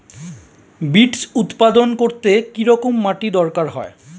Beets উৎপাদন করতে কেরম মাটির দরকার হয়?